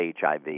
HIV